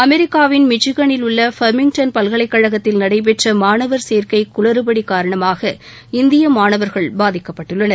அமெரிக்காவின் மிச்சிகனில் உள்ள ஃபாமிங்டன் பல்கலைக்கழகத்தில் நடைபெற்ற மாணவர் சேர்க்கை குளறுபடியின் காரணமாக இந்திய மாணவர்கள் பாதிக்கப்பட்டுள்ளனர்